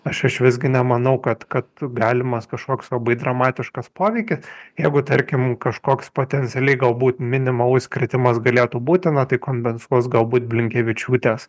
aš iš visgi nemanau kad kad galimas kažkoks labai dramatiškas poveikis jeigu tarkim kažkoks potencialiai galbūt minimalus kritimas galėtų būti na tai kompensuos galbūt blinkevičiūtės